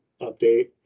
update